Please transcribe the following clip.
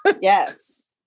yes